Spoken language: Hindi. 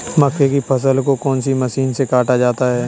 मक्के की फसल को कौन सी मशीन से काटा जाता है?